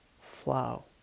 flow